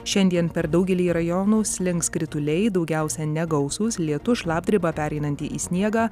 šiandien per daugelį rajonų slinks krituliai daugiausia negausūs lietus šlapdriba pereinanti į sniegą